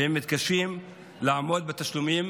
והן מתקשות לעמוד בתשלומים,